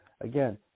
again